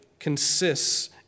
consists